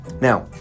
Now